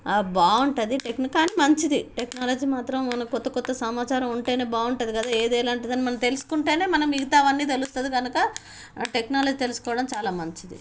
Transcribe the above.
బాగుంటుంది టెక్ అ మంచిది టెక్నాలజీ మాత్రం మనం కొత్త కొత్త సమాచారం ఉంటే బాగుంటుంది కదా ఏది ఎలాంటిది అని మనం తెలుసుకుంటే మనం మిగతావన్నీ తెలుస్తుంది కనుక టెక్నాలజీ తెలుసుకోవడం చాలా మంచిది